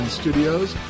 studios